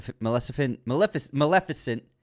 Maleficent